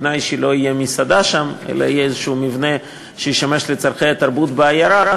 בתנאי שלא תהיה מסעדה שם אלא המבנה ישמש לצורכי התרבות בעיירה,